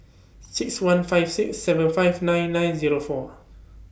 six one five six seven five nine nine Zero four